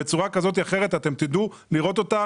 בצורה כזו או אחרת אתם תדעו לראות אותה.